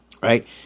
right